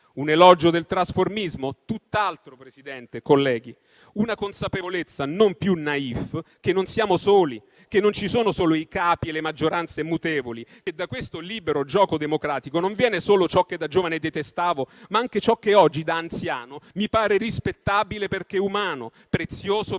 un elogio del trasformismo? Tutt'altro, Presidente e colleghi: una consapevolezza non più *naïf* che non siamo soli, che non ci sono solo i capi e le maggioranze mutevoli e da questo libero gioco democratico non viene solo ciò che da giovane detestavo, ma anche ciò che oggi da anziano mi pare rispettabile, perché umano, prezioso, perché